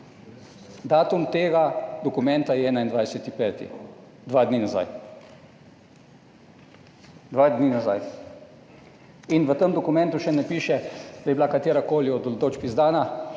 Datum tega dokumenta je 21. 5., dva dni nazaj, dva dni nazaj. In v tem dokumentu še ne piše, da je bila katerakoli od odločb izdana.